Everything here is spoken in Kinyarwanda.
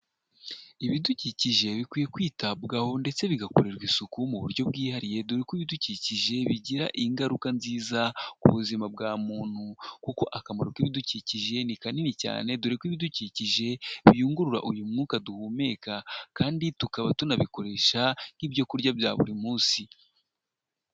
Ibidukikije bikwiye kwitabwaho ndetse bigakorerwa isuku mu buryo bwihariye dore ko ibidukikije bigira ingaruka nziza ku buzima bwa muntu kuko akamaro k'ibidukikije ni kanini cyane dore ko ibidukikije biyungurura uyu mwuka duhumeka kandi tukaba tunabikoresha nk'ibyo kurya bya buri munsi.